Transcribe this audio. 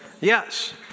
Yes